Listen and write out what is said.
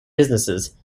businesses